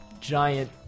giant